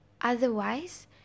Otherwise